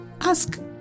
Ask